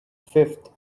fifth